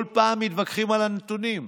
כל פעם מתווכחים על הנתונים,